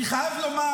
אני חייב לומר,